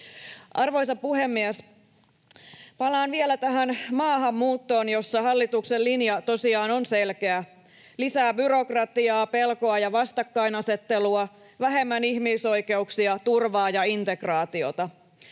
Arvoisa puhemies! Palaan vielä maahanmuuttoon, jossa hallituksen linja tosiaan on selkeä: lisää byrokratiaa, pelkoa ja vastakkainasettelua, vähemmän ihmisoikeuksia, turvaa ja integraatiota.